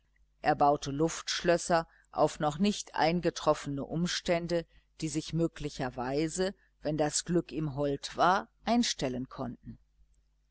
er baute luftschlösser auf noch nicht eingetroffene umstände die sich möglicherweise wenn das glück ihm hold war einstellen konnten